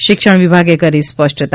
શિક્ષણ વિભાગે કરી સ્પષ્ટતા